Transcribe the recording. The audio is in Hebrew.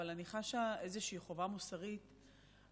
אבל אני חשה איזושהי חובה מוסרית לציבור,